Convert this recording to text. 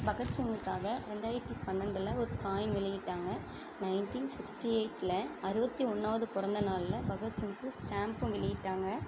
பகத்சிங்குக்காக ரெண்டாயிரத்தி பன்னெண்டில் ஒரு காயின் வெளியிட்டாங்கள் நைன்ட்டீன் சிக்ஸ்டி எயிட்ல அறுபத்தி ஒன்றாவது பிறந்த நாள்ல பகத்சிங்குக்கு ஸ்டாம்பும் வெளியிட்டாங்கள்